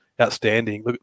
outstanding